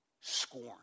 Scorn